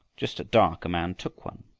just at dark a man took one,